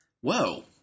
Whoa